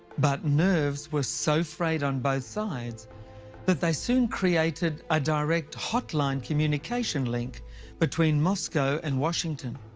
but nerves were so frayed on both sides that they soon created a direct hotline communication link between moscow and washington.